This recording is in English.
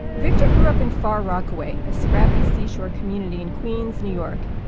victor grew up in far rockaway, a scrappy seashore community in queens, new york.